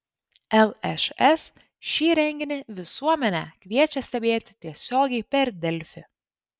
lšs šį renginį visuomenę kviečia stebėti tiesiogiai per delfi